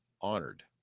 honored